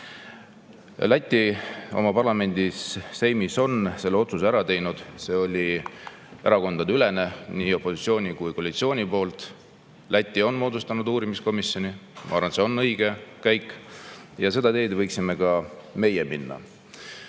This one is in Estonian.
oma parlamendis, seimis on selle otsuse ära teinud, see oli erakondadeülene, nii opositsiooni kui ka koalitsiooni [otsus]: Läti on moodustanud uurimiskomisjoni. Ma arvan, et see on õige käik, ja seda teed võiksime ka meie minna.